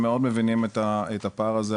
מאוד מבינים את הפער הזה,